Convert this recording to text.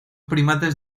primates